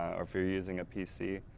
or if you're using a pc,